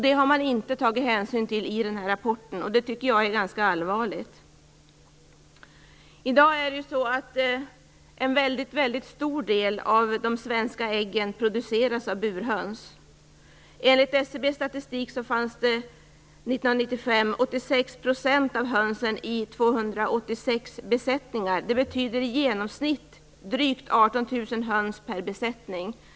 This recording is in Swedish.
Det har man inte tagit hänsyn till i den här rapporten. Jag tycker att det är ganska allvarligt. I dag produceras en mycket stor del av de svenska äggen av burhöns. Enligt SCB:s statistik för 1995 fanns 86 % av hönsen i 286 besättningar. Det betyder drygt 18 000 höns per besättning i genomsnitt.